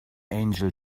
angel